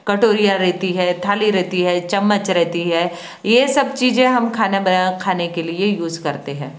कटोरिया रहती है थाली रहती है चम्मच रहती है ये सब चीज़ें हम खाना खाने के लिए यूज करते है